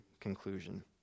conclusion